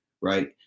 right